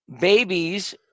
babies